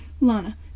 Lana